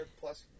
plus